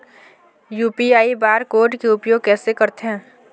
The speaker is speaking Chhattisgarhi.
यू.पी.आई बार कोड के उपयोग कैसे करथें?